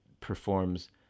performs